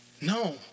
No